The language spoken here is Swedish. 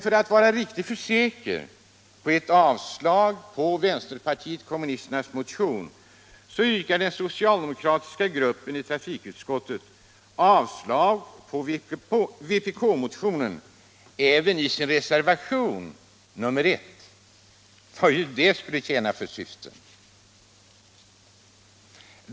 För att vara riktigt säker på ett avslag på vänsterpartiet kommunisternas motion yrkar den socialdemokratiska gruppen i trafikutskottet avslag på vpk-motionen även i reservation nr 1 — vad nu det tjänar för syfte!